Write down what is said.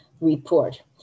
report